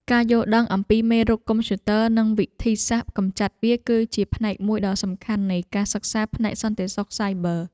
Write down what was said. ការយល់ដឹងអំពីមេរោគកុំព្យូទ័រ និងវិធីសាស្ត្រកម្ចាត់វា គឺជាផ្នែកមួយដ៏សំខាន់នៃការសិក្សាផ្នែកសន្តិសុខសាយប័រ។